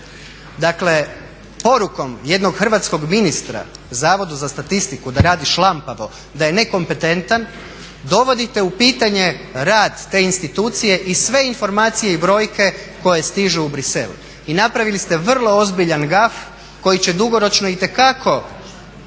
Dakle, porukom jednog hrvatskog ministra Zavodu za statistiku da radi šlampavo, da je nekompetentan dovodite u pitanje rad te institucije i sve informacije i brojke koje stižu u Bruxelles i napravili ste vrlo ozbiljan gaf koji će dugoročno itekako